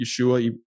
yeshua